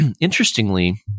Interestingly